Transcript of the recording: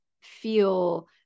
feel